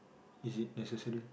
is it necessary